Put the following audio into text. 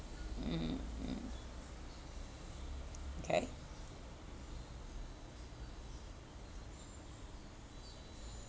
mm okay